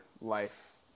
life